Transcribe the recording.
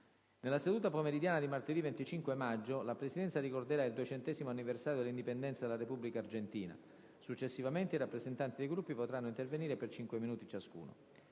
Nella seduta pomeridiana di martedì 25 maggio, la Presidenza ricorderà il 200° anniversario dell'indipendenza della Repubblica Argentina. Successivamente i rappresentanti dei Gruppi potranno intervenire per 5 minuti ciascuno.